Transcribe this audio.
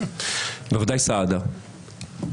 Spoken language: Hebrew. בוודאי סעדה,